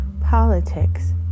Politics